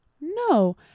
no